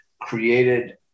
created